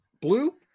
Blue